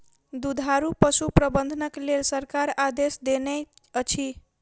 दुधारू पशु प्रबंधनक लेल सरकार आदेश देनै अछि